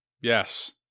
Yes